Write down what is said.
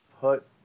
put